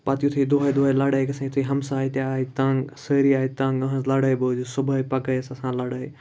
پَتہٕ یُتھُے دۄہَے دۄہَے لَڑٲے گژھن یُتھُے ہمساے تہِ آے تنٛگ سٲری آے تنٛگ أہٕنٛز لڑٲے بوٗزِتھ صُبحٲے پَگہٲے ٲس آسان لَڑٲے